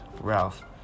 Ralph